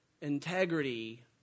integrity